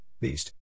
Beast